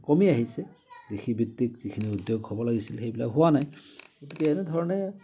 কমি আহিছে কৃষিভিত্তিক যিখিনি উদ্য়োগ হ'ব লাগিছিল সেইবিলাক হোৱা নাই গতিকে এনেধৰণে